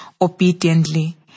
obediently